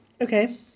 Okay